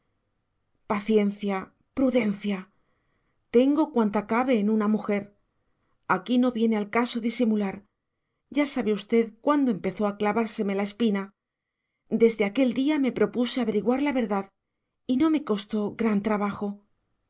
paciencia y prudencia tengo cuanta cabe en una mujer aquí no viene al caso disimular ya sabe usted cuándo empezó a clavárseme la espina desde aquel día me propuse averiguar la verdad y no me costó gran trabajo